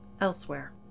Elsewhere